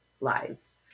lives